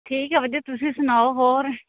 ਠੀਕ ਹੈ ਵਧੀਆ ਤੁਸੀਂ ਸੁਣਾਓ ਹੋਰ